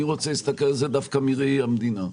אני רוצה להסתכל על זה דווקא מראי המדינה.